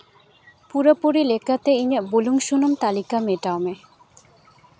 ᱯᱩᱨᱟᱹᱯᱩᱨᱤ ᱞᱮᱠᱟᱛᱮ ᱤᱧᱟᱹᱜ ᱵᱩᱞᱩᱝ ᱥᱩᱱᱩᱢ ᱛᱟᱹᱞᱤᱠᱟ ᱢᱮᱴᱟᱣ ᱢᱮ